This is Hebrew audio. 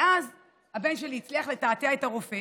ואז הבן שלי הצליח לתעתע ברופא